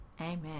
Amen